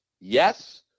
yes